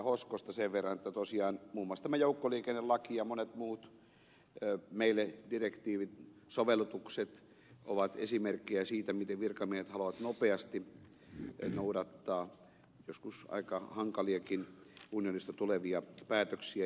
hoskosta sen verran että tosiaan muun muassa tämä joukkoliikennelaki ja monet muut direktiivit sovellukset ovat esimerkkejä siitä miten virkamiehet haluavat nopeasti noudattaa joskus aika hankaliakin unionista tulevia päätöksiä